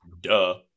Duh